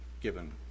given